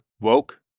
Woke